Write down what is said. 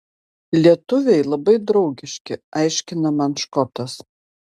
lietuviai labai draugiški aiškina man škotas